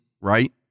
Right